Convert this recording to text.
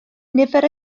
nifer